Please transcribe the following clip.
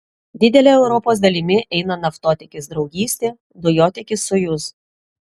didele europos dalimi eina naftotiekis draugystė dujotiekis sojuz